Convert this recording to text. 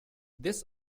this